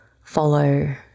follow